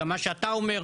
גם מה שאתה אומר,